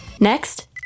Next